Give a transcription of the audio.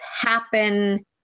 happen